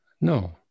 No